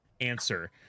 answer